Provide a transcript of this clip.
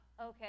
okay